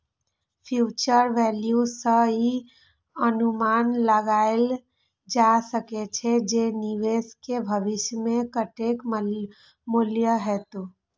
future value सं ई अनुमान लगाएल जा सकै छै, जे निवेश के भविष्य मे कतेक मूल्य हेतै